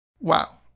Wow